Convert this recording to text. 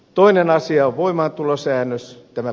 toinen asia on voimaantulosäännös